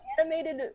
animated